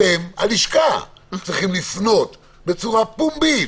אתם הלשכה צריכים לפנות בצורה פומבית